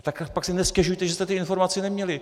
Tak ale pak si nestěžujte, že jste ty informace neměli.